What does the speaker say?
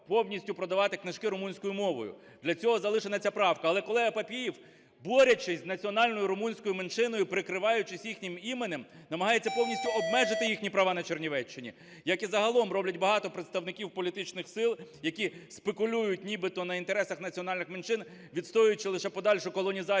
повністю продавати книжки румунською мовою, для цього залишена ця правка. Але колега Папієв, борючись з національною румунською меншиною, прикриваючись їхнім іменем, намагається повністю обмежити їхні права на Чернівеччині. Як і загалом роблять багато представників політичних сил, які спекулюють нібито на інтересах національних меншин, відстоюючи лише подальшу колонізацію